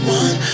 one